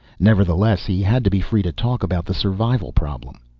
nevertheless, he had to be free to talk about the survival problem.